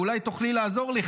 ואולי תוכלי לעזור לי,